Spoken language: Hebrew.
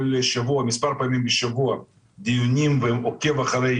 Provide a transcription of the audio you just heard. שבוע מספר פעמים בשבוע דיונים ועוקב אחרי